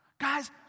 Guys